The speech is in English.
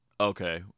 Okay